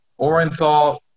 Orenthal